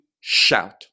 shout